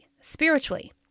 spiritually